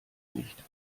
nicht